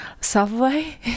subway